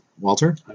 Walter